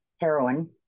heroin